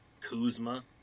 kuzma